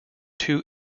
two